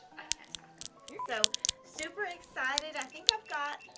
i can't talk. so super excited i think i've got.